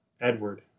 Edward